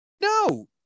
No